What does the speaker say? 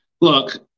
Look